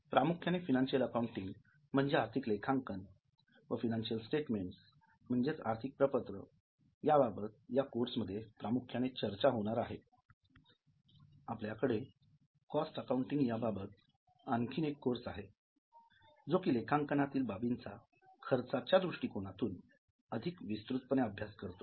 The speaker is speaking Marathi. प्रामुख्याने फिनान्शियल अकाऊंतींग म्हणजे आर्थिक लेखांकन व फिनान्शियल स्टेटमेंट म्हणजे आर्थिक प्रपत्र याबाबत या कोर्समध्ये प्रामुख्याने चर्चा होते आपल्याकडे कॉस्ट अकाउंटिंग याबाबत आणखीन एक कोर्स आहे जो की लेखांकनातील बाबींचा खर्चाच्या दृष्टिकोनातून अधिक विस्तृतपणे अभ्यास करतो